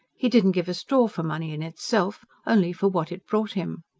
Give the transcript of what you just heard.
he didn't give a straw for money in itself only for what it brought him.